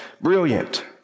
brilliant